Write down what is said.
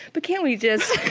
but can't we just?